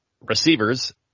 Receivers